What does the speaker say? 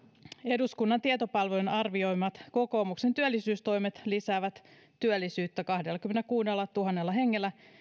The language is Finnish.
eduskunnan tietopalvelun arvioimat kokoomuksen työllisyystoimet lisäävät työllisyyttä kahdellakymmenelläkuudellatuhannella hengellä